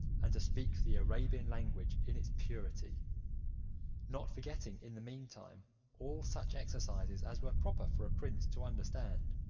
and to speak the arabian language in its purity not forgetting in the meantime all such exercises as were proper for a prince to understand.